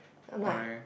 I'm like